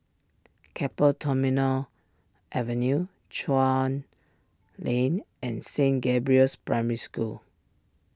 Keppel Terminal Avenue Chuan Lane and Saint Gabriel's Primary School